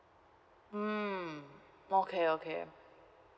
mm okay okay